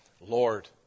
Lord